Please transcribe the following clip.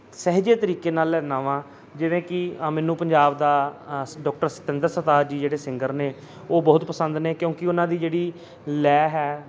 ਸਹਿਜੇ ਤਰੀਕੇ ਨਾਲ ਲੈਂਦਾ ਹਾਂ ਜਿਵੇਂ ਕਿ ਮੈਨੂੰ ਪੰਜਾਬ ਦਾ ਡਾਕਟਰ ਸਤਿੰਦਰ ਸਰਤਾਜ ਜੀ ਜਿਹੜੇ ਸਿੰਗਰ ਨੇ ਉਹ ਬਹੁਤ ਪਸੰਦ ਨੇ ਕਿਉਂਕਿ ਉਹਨਾਂ ਦੀ ਜਿਹੜੀ ਲੈਅ ਹੈ